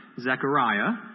Zechariah